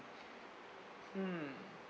hmm